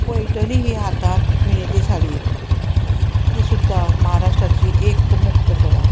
पैठणी ही हातांत विणिल्ली साडी ती सुद्दां महाराष्ट्राची एक मुख्य कला